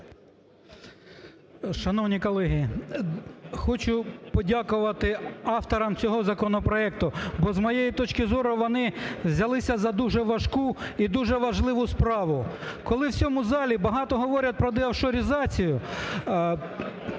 Шановні колеги, хочу подякувати авторам цього законопроекту, бо, з моєї точки зору , вони взялися за дуже важку і дуже важливу справу. Коли в цьому залі багато говорять про деофшоризацію,